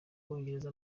bwongereza